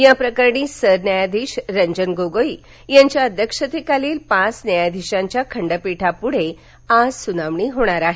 या प्रकरणी सरन्यायाधीश रंजन गोगोई यांच्या अध्यक्षतेखालील पाच न्यायाधीशांच्या खंडपीठापुढे आज सुनावणी होणार आहे